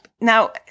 Now